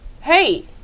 Hey